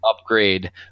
upgrade